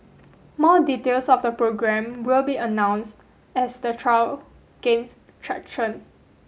more details of the programme will be announced as the trial gains traction